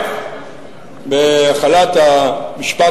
בהחלת המשפט,